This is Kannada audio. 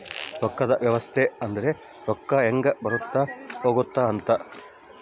ರೊಕ್ಕದ್ ವ್ಯವಸ್ತೆ ಅಂದ್ರ ರೊಕ್ಕ ಹೆಂಗ ಬರುತ್ತ ಹೋಗುತ್ತ ಅಂತ